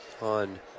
on